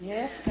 Yes